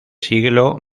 siglo